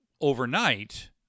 overnight